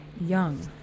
Young